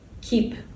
keep